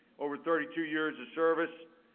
over thirty two years of service,